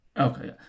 Okay